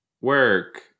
Work